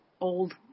old